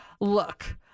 look